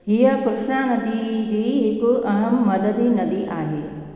हीअ कृष्णा नदी जी हिकु अहम मददी नदी आहे